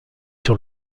sur